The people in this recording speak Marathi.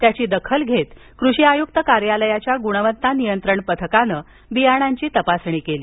त्याची दखल घेत कृषी आय्क्त कार्यालयाच्या ग्णवत्ता नियंत्रण पथकाने बियाणांची तपासणी केली